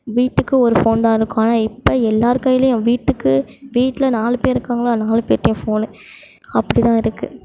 வீட்டுக்கு ஒரு ஃபோன் தான் இருக்கும் ஆனால் இப்போ எல்லார் கையிலியும் வீட்டுக்கு வீட்டில் நாலு பேர் இருக்காங்களா நாலு பேர்கிட்டயும் ஃபோனு அப்படிதான் இருக்குது